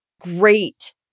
great